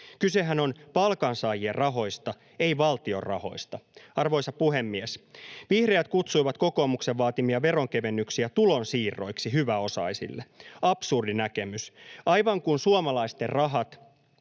Kysehän on palkansaajien rahoista, ei valtion rahoista. Arvoisa puhemies! Vihreät kutsuivat kokoomuksen vaatimia veronkevennyksiä tulonsiirroiksi hyväosaisille — absurdi näkemys. Aivan kuin suomalaisten rahat